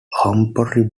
humphrey